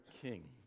king